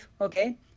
okay